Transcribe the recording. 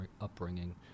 upbringing